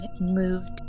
moved